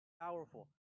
powerful